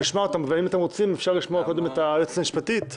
אפשר לשמוע את הייעוץ המשפטי?